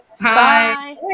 Bye